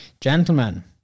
Gentlemen